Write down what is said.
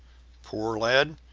poor lad!